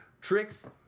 Tricks